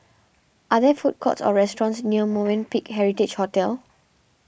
are there food courts or restaurants near Movenpick Heritage Hotel